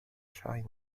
china